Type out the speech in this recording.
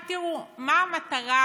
עכשיו תראו, מה המטרה